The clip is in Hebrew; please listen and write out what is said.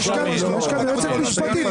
יש כאן יועצת משפטית,